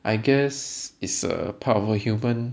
I guess it's a part of a human